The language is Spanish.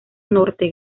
norte